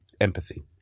empathy